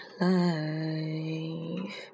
life